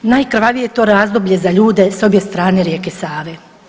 Najkrvavije je to razdoblje za ljude s obje strane rijeke Save.